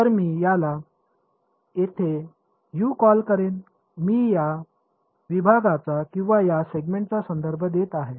तर मी याला येथे यू कॉल करेन मी या विभागाचा किंवा या सेगमेंटचा संदर्भ देत आहे